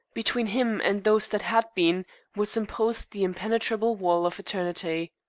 between him and those that had been was imposed the impenetrable wall of eternity.